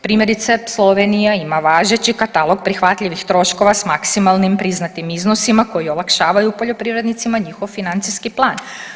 Primjerice Slovenija ima važeći katalog prihvatljivih troškova s maksimalnim priznatim iznosima koji olakšavaju poljoprivrednicima njihov financijski plan.